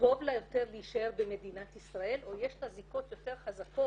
טוב לה יותר להישאר במדינת ישראל או יש לה זיקות יותר חזקות